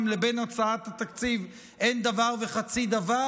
לבין הצעת התקציב אין דבר וחצי דבר,